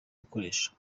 gukoresha